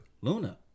Luna